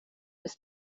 ist